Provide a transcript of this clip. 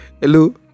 hello